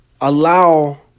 allow